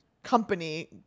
Company